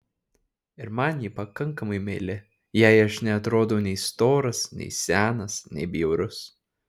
ir man ji pakankamai meili jai aš neatrodau nei storas nei senas nei bjaurus